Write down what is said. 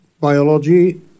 biology